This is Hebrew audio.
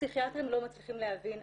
הפסיכיאטרים לא מצליחים להבין,